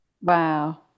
Wow